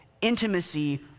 intimacy